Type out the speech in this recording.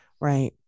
right